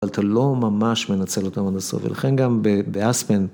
אבל אתה לא ממש מנצל אותם עד הסוף, ולכן גם באסמן.